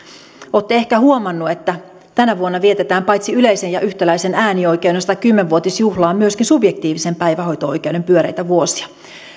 olette ehkä huomanneet että tänä vuonna vietetään paitsi yleisen ja yhtäläisen äänioikeuden satakymmentä vuotisjuhlaa myöskin subjektiivisen päivähoito oikeuden pyöreitä vuosia